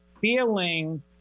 feeling